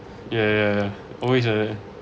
yeah always uh